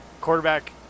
quarterback